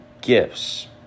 gifts